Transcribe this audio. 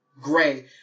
Gray